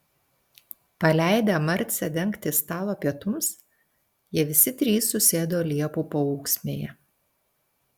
paleidę marcę dengti stalo pietums jie visi trys susėdo liepų paūksmėje